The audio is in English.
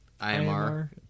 IMR